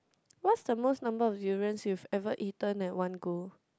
what's the most number of durians you've ever eaten at one go